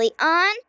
On